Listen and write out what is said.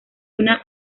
una